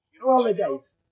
holidays